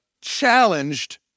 challenged